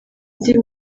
ndi